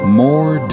more